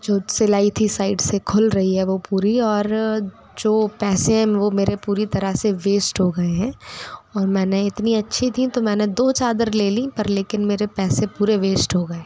जो सिलाई थी साइड से खुल रही है वो पूरी और जो पैसे हैं वो मेरे पूरी तरह से वेस्ट हो गएँ हैं और मैंने इतनी अच्छी थी तो मैंने दो चादर ले ली पर लेकिन मेरे पैसे पूरे वेस्ट हो गए